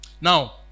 Now